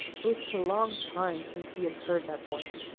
it was such a long time since he had heard that voice.